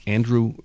Andrew